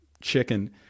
chicken